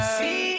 see